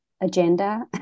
agenda